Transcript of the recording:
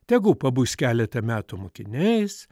tegu pabus keletą metų mokiniais